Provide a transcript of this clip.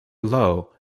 low